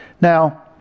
now